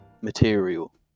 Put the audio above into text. material